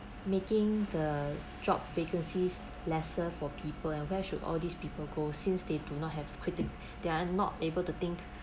making the job vacancies lesser for people and where should all these people go since they do not have critic they are not able to think